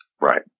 Right